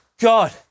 God